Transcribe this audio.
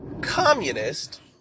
communist